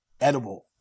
edible